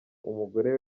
umugore